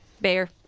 Bear